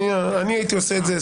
הייתי עושה את זה: